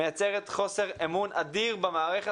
מייצרת חוסר אמון אדיר במערכת,